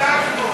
לצערי,